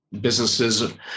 businesses